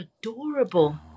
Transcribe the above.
adorable